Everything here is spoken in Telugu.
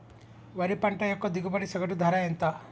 వరి పంట యొక్క దిగుబడి సగటు ధర ఎంత?